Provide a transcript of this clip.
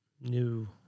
new